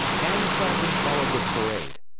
hand-clapping followed this parade.